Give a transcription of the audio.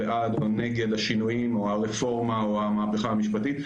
בעד או נגד השינויים או הרפורמה או המהפכה המשפטית.